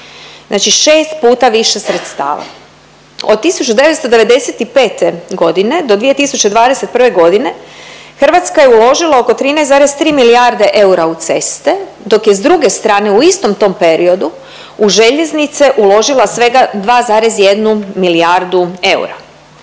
Znači 6 puta više sredstava. Od 1995. godine do 2021. godine Hrvatska je uložila oko 13,3 milijarde eura u ceste dok je s druge strane u istom tom periodu u željeznice uložila svega 2,1 milijardu eura.